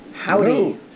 Howdy